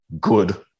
good